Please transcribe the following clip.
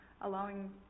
allowing